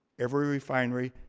every refinery,